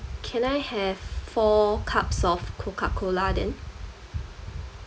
can I have four cups of coca cola then